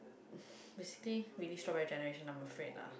basically really strawberry generation I'm afraid lah